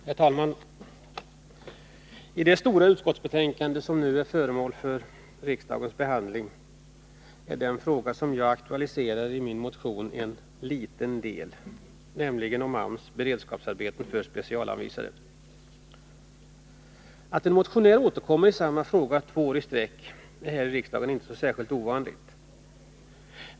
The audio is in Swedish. Herr talman! I det stora utskottsbetänkande som i dag är föremål för riksdagens behandling är den fråga jag aktualiserat med min motion, nämligen AMS beredskapsarbeten för specialanvisade, en liten del. Att en motionär återkommer i samma fråga två år i sträck är här i riksdagen inte så ovanligt.